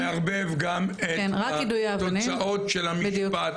אתה מערבב גם את תוצאות של המשפט,